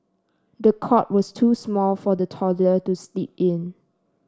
the cot was too small for the toddler to sleep in